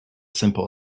simple